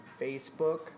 Facebook